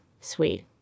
sweet